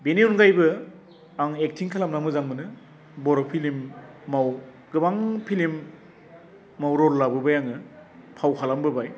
बेनि अनगायैबो आं एकटिं खालामना मोजां मोनो बर'आव गोबां फिल्म माव रल लाबोबाय आङो फाव खालामबोबाय